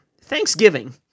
Thanksgiving